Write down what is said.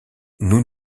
nous